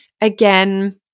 Again